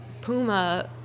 Puma